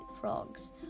frogs